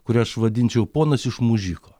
kurią aš vadinčiau ponas iš mužiko